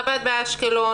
חב"ד באשקלון,